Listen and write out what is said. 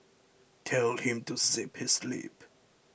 tell him to zip his lip